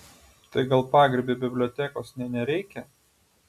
tai gal pagrybiui bibliotekos nė nereikia